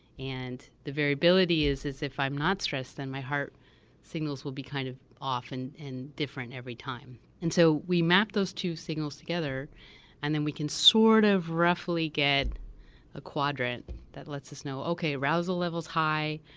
and the variability is, is if i'm not stressed and my heart signals will be kind of off and and different every time. and so we map those two signals together and then we can sort of roughly get a quadrant that lets us know, okay. arousal level is high.